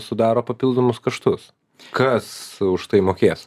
sudaro papildomus kaštus kas už tai mokės